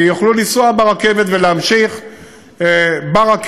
כי יוכלו לנסוע ברכבת ולהמשיך ברכבת,